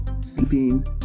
Sleeping